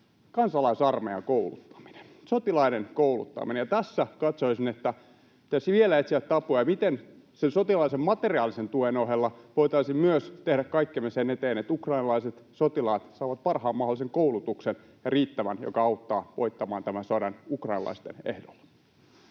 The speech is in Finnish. kansalaisarmeijan kouluttaminen, sotilaiden kouluttaminen. Ja tässä katsoisin, että pitäisi vielä etsiä tapoja, miten sen sotilaallisen materiaalisen tuen ohella voitaisiin myös tehdä kaikkemme sen eteen, että ukrainalaiset sotilaat saavat parhaan mahdollisen ja riittävän koulutuksen, joka auttaa voittamaan tämän sodan ukrainalaisten ehdoilla.